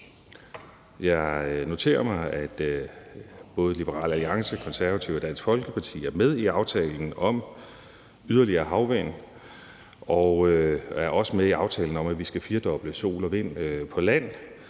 Jeg noterer mig, at både Liberal Alliance, Konservative og Dansk Folkeparti er med i aftalen om yderligere havvindmøller og også er med i aftalen om, at vi skal firedoblesol og vind på land,